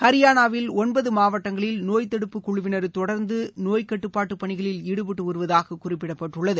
ஹரியானாவில் ஒன்பது மாவட்டங்களில் நோய் தடுப்பு குழுவினர் தொடர்ந்து நோய் கட்டுப்பாட்டு பணிகளில் ஈடுபட்டு வருவதாக குறிப்பிடப்பட்டுள்ளது